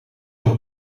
nog